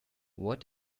what